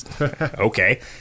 Okay